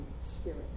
spirit